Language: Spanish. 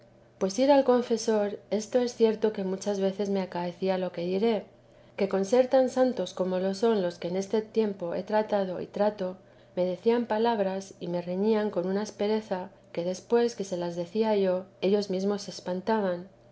pues ir al confesor esto es cierto que muchas veces me acaecía lo que diré que con ser tan santos como lo son los que en este tiempo he tratado y trato me decían palabras y me reñían con una aspereza que después que se las decía yo ellos mesmos se espantaban